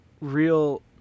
real